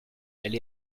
elle